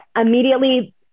immediately